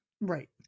right